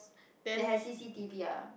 then